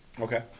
Okay